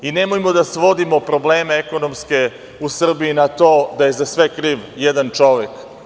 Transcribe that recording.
Nemojmo da svodimo probleme ekonomske u Srbiji na to da je za sve kriv jedan čovek.